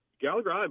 Gallagher